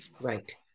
right